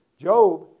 Job